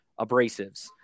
abrasives